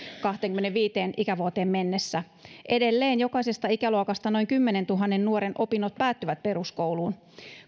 kahteenkymmeneenviiteen ikävuoteen mennessä edelleen jokaisesta ikäluokasta noin kymmenentuhannen nuoren opinnot päättyvät peruskouluun